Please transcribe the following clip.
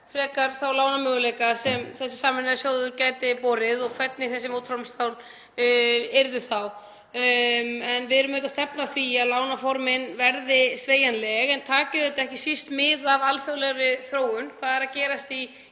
reglugerð þá lánamöguleika sem þessi sameiginlegi sjóður gæti borið og hvernig þessi mótframlagslán yrðu þá. Við erum auðvitað að stefna að því að lánaformin verði sveigjanleg en taki ekki síst mið af alþjóðlegri þróun; hvað er að gerast í